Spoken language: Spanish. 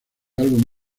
álbum